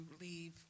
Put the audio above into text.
leave